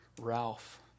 Ralph